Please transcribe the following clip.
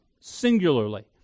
singularly